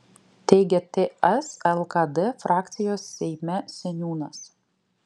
teigia ts lkd frakcijos seime seniūnas